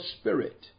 spirit